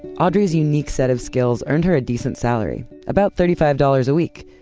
audrey's unique set of skills earned her a decent salary. about thirty five dollars a week,